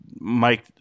Mike –